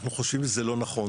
אנחנו חושבים שזה לא נכון,